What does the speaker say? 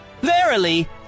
Verily